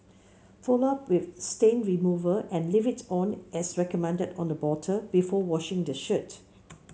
follow up with stain remover and leave it on as recommended on the bottle before washing the shirt